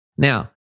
Now